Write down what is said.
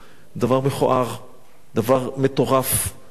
ודבר מטורף, אבל אני סיפרתי אתמול